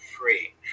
free